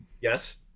Yes